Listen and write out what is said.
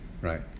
Right